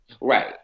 Right